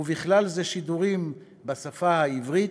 ובכלל זה שידורים בשפה העברית,